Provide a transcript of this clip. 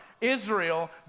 Israel